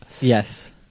yes